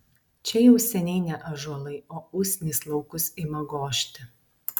čia jau seniai ne ąžuolai o usnys laukus ima gožti